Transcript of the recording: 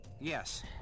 Yes